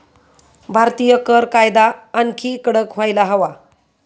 भारतीय कर कायदा आणखी कडक व्हायला हवा